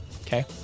Okay